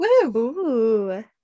woo